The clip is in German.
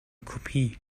kopie